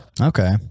Okay